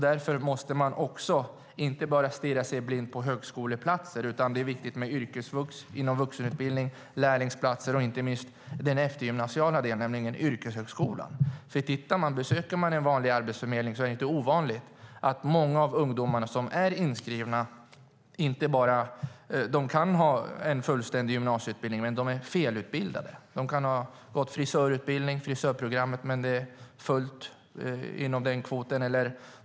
Därför får man inte bara stirra sig blind på antalet högskoleplatser, utan det är också viktigt med yrkesvux, lärlingsplatser och inte minst den eftergymnasiala yrkeshögskolan. Det är inte ovanligt att många av de ungdomar som är inskrivna hos Arbetsförmedlingen har en gymnasieutbildning men är felutbildade. De kan ha gått frisörprogrammet, men det är fullt inom den kvoten.